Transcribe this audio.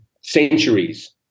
centuries